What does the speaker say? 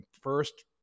first